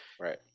right